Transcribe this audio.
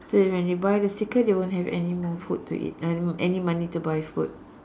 so when they buy the sticker they won't have any more food to eat uh any money to buy food